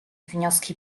wnioski